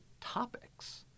topics